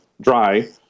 dry